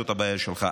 זאת הבעיה שלך.